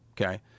Okay